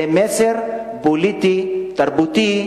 זה מסר פוליטי תרבותי,